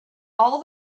all